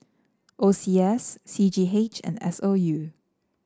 O C S C G H and S O U